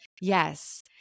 Yes